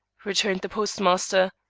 returned the postmaster.